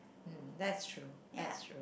hm that's true that's true